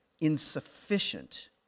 insufficient